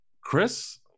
Chris